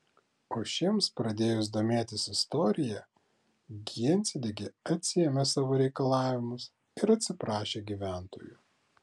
o šiems pradėjus domėtis istorija gjensidige atsiėmė savo reikalavimus ir atsiprašė gyventojų